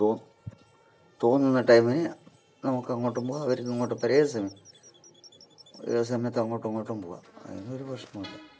അപ്പോൾ തോന്നുന്ന ടൈമിന് നമുക്കങ്ങോട്ടും പോകാം അവർക്ക് ഇങ്ങോട്ട് ഒരേ സമയ് ഒരേ സമയത്തങ്ങോട്ടും ഇങ്ങോട്ടും പോകാം അതിനൊരു പ്രശ്നവുമില്ല